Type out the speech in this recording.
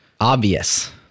obvious